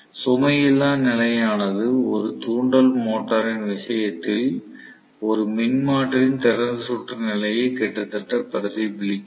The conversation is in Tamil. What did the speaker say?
சுமை இல்லா நிலையானது ஒரு தூண்டல் மோட்டரின் விஷயத்தில் ஒரு மின்மாற்றியின் திறந்த சுற்று நிலையை கிட்டத்தட்ட பிரதிபலிக்கிறது